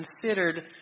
considered